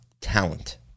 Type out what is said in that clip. talent